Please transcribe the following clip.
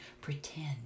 pretend